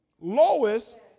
Lois